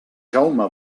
jaume